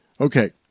Okay